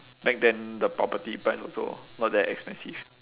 back then the property price also not that expensive